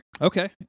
Okay